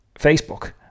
Facebook